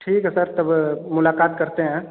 ठीक है सर तब मुलाकात करते हैं